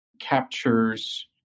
captures